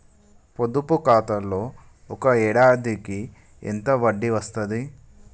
పొదుపు ఖాతాలో ఒక ఏడాదికి ఎంత వడ్డీ వస్తది?